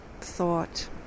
thought